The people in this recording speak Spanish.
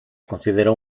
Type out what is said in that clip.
consideró